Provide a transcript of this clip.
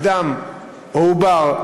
אדם או עובר,